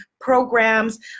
programs